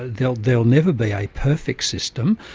there'll there'll never be a perfect system.